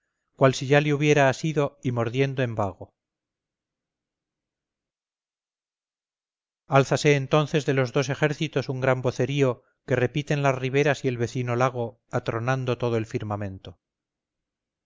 cual si ya le hubiera asido y mordiendo en vago alzase entonces de los dos ejércitos un gran vocerío que repiten las riberas y el vecino lago atronando todo el firmamento